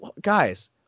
guys